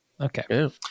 Okay